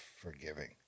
forgiving